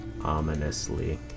ominously